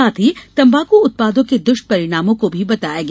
साथ ही तंबाकू उत्पादों के दुष्परिणामों को भी बताया गया